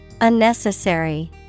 Unnecessary